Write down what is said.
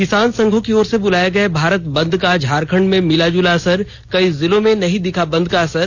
किसान संघों की ओर से बुलाये गये भारत बंद का झारखंड में मिलाजुला असर कई जिलों में नहीं दिखा बंद का असर